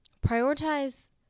prioritize